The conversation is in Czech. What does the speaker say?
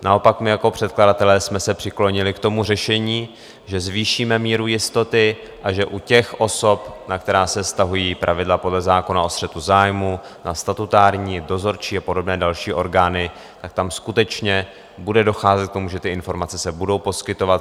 Naopak my jako předkladatelé jsme se přiklonili k tomu řešení, že zvýšíme míru jistoty, a že u těch osob, na které se vztahují pravidla podle zákona o střetu zájmů, na statutární, dozorčí a podobné další orgány, tak tam skutečně bude docházet k tomu, že ty informace se budou poskytovat.